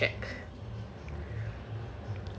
okay